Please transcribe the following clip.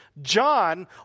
John